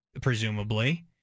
presumably